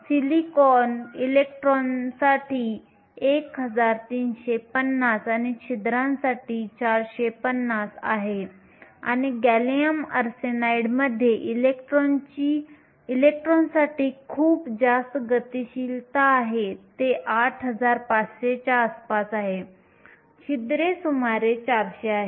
silicon इलेक्ट्रॉनसाठी 1350 आणि छिद्रांसाठी 450 आहे आणि गॅलियम आर्सेनाइडमध्ये इलेक्ट्रॉनसाठी खूप जास्त गतिशीलता आहे ते 8500 च्या आसपास आहे छिद्रे सुमारे 400 आहेत